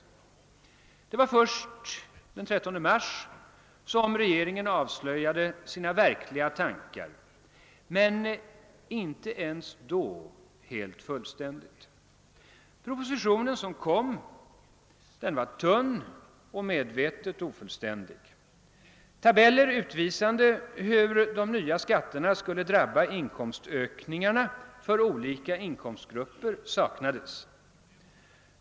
Det var först den 13 mars, som regeringen avslöjade sina verkliga tankar — men inte ens då fullständigt. Den proposition, som då lades fram, var tunn och medvetet ofullständig. Tabeller utvisande hur de nya skatterna skulle drabba inkomstökningarna för olika inkomstgrupper saknades.